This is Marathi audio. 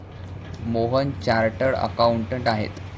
मोहन चार्टर्ड अकाउंटंट आहेत